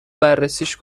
بررسیش